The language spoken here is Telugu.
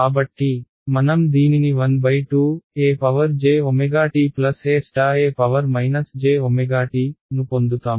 కాబట్టి మనం దీనిని ½ E ejt E e jt ను పొందుతాము